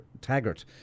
Taggart